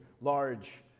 Large